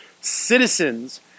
Citizens